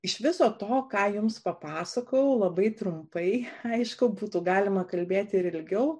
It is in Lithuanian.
iš viso to ką jums papasakojau labai trumpai aišku būtų galima kalbėti ir ilgiau